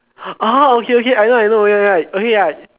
ah okay okay I know I know already right okay ya